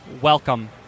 Welcome